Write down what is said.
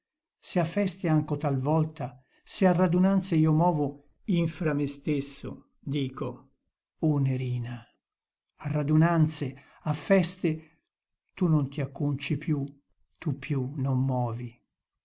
se a feste anco talvolta se a radunanze io movo infra me stesso dico o nerina a radunanze a feste tu non ti acconci più tu più non movi